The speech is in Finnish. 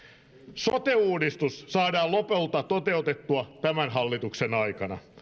sote uudistus saadaan lopulta toteutettua tämän hallituksen aikana